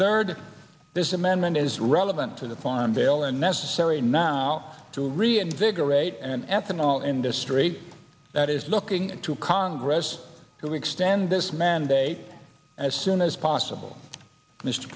third this amendment is relevant to the farm bill a necessary now to reinvigorate an ethanol industry that is looking to congress to extend this mandate as soon as possible mr